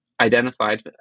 identified